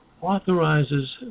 authorizes